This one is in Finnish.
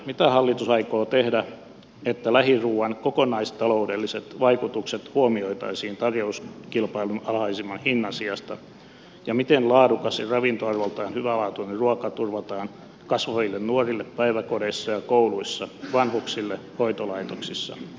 mitä hallitus aikoo tehdä että lähiruuan kokonaistaloudelliset vaikutukset huomioitaisiin tarjouskilpailun alhaisimman hinnan sijasta ja miten laadukas ja ravintoarvoltaan hyvälaatuinen ruoka turvataan kasvaville nuorille päiväkodeissa ja kouluissa vanhuksille hoitolaitoksissa